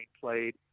played